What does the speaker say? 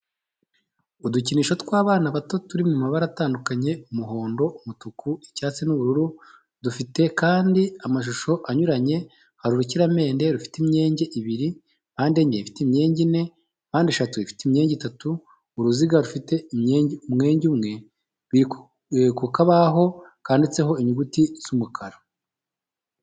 Udukinisho tw'abana bato turi mu mabara atandukanye umuhondo, umutuku, icyatsi, n'ubururu dufite kandi amashusho anyuranye hari urukiramende rufite imyenge ibiri, mpandenye ifite imyenge ine, mpandeshatu ifite imyenge itatu, uruziga rufite umwenge umwe, biri ku kabaho kanditseho inyuguti z'umukara.